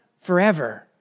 forever